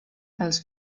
als